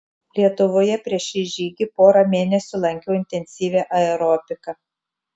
lietuvoje prieš šį žygį porą mėnesių lankiau intensyvią aerobiką